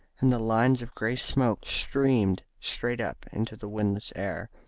and the lines of grey smoke streamed straight up into the windless air.